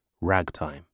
Ragtime